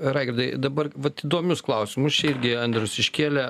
raigardai dabar vat įdomius klausimus čia irgi andrius iškėlė